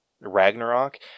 Ragnarok